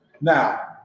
Now